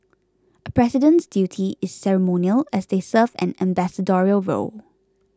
a president's duty is ceremonial as they serve an ambassadorial role